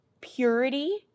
purity